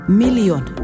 million